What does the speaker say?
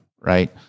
right